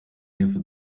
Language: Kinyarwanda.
y’epfo